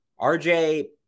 RJ